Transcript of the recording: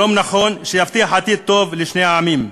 שלום נכון, שיבטיח עתיד טוב לשני העמים.